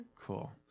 Cool